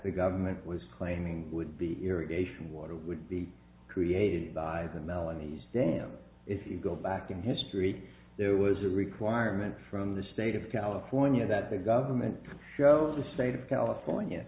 the government was claiming would be irrigated the water would be created by the melanie's dam if you go back in history there was a requirement from the state of california that the government show the state of california